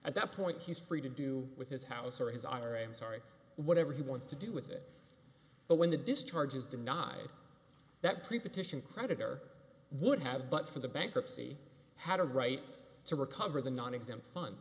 at that point he's free to do with his house or his honor i'm sorry whatever he wants to do with it but when the discharge is denied that preposition creditor would have but for the bankruptcy had a right to recover the nonexempt fun